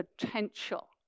potential